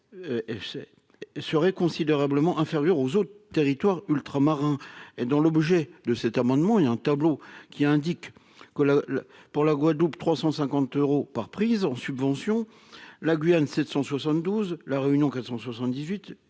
serait considérablement inférieur aux autres territoires ultramarins et dont l'objet de cet amendement, il y a un tableau qui indique que la pour la Guadeloupe 350 euros par prise subventions la Guyane 772 la réunion